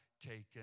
taken